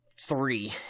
Three